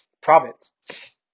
province